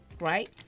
right